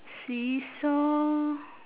see-saw